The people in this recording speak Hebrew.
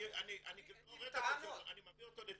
אני מביא אותו לדיגיטל.